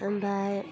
ओमफाय